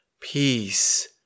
peace